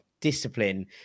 discipline